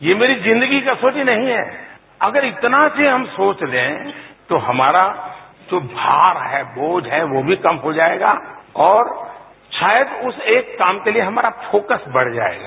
ये मेरी जिंदगी की कसौटी नहीं है अगर इतना सा हम सोच लें तो हमारा जो भार है बोझ है वो भी कम हो जाएगा और शायद उस एक काम के लिए हमारा फोकस बढ़ जाएगा